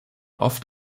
oft